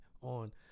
on